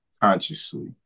consciously